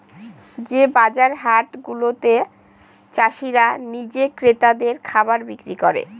যে বাজার হাট গুলাতে চাষীরা নিজে ক্রেতাদের খাবার বিক্রি করে